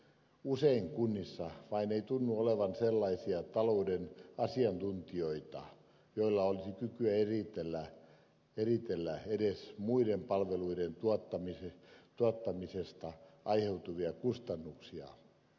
usein kunnissa ei vain tunnu olevan sellaisia talouden asiantuntijoita joilla olisi kykyä eritellä edes muiden palvelujen tuottamisesta aiheutuvia kustannuksia